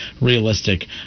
realistic